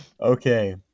Okay